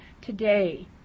today